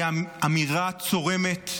היא אמירה צורמת,